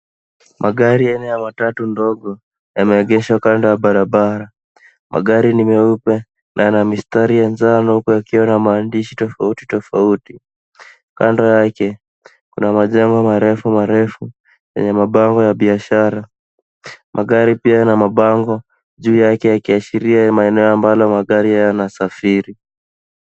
Magari aina ya matatu ndogo yameegeshwa kando ya barabara magari ni meupe na yana mistari ya njano na huku yakiwa na maandishi tofauti tofauti. Kando yake kuna majengo marefu marefu yenye mapambo ya biashara. Magari pia Yana mapango yakiashiria maeneo ambalo magari yanasafiri.